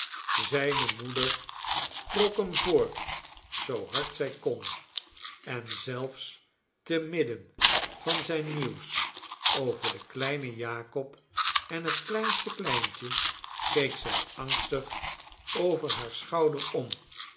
zijne moeder trok hem voort zoo hard zij kon en zelfs te midden van zijn nieuws over den kleinen jakob en het kleinste kleintje keek zij angstig over haar schouder om